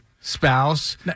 spouse